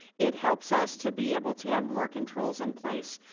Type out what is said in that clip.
it helps us to be able to have more controls in place.